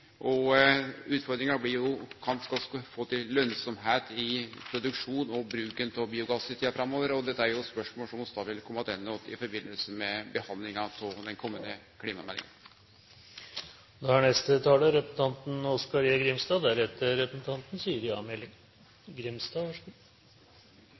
energiutnytting. Utfordringa blir korleis ein skal få til lønsemd i produksjonen og bruken av biogass i tida framover. Dette er spørsmål som vi vil kome attende til i samband med behandlinga av den komande klimameldinga. Biogass frå ulike former for avfall, avløpsslam og husdyrgjødsel er